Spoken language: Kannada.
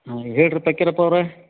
ಹಾಂ ಹೇಳಿರಿ ಪಕೀರಪ್ಪಾ ಅವರೇ